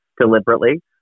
deliberately